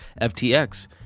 FTX